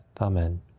Amen